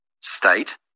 state